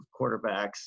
quarterbacks